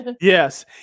Yes